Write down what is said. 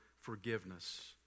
forgiveness